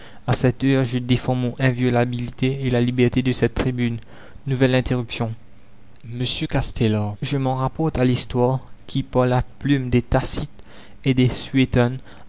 à cette heure je défends mon inviolabilité et la liberté de cette tribune nouvelle interruption m castelar je m'en rapporte à l'histoire qui par la plume des tacite et des